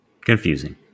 Confusing